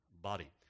body